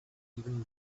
even